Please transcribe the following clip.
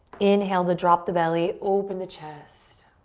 inhale to drop the belly, open the chest.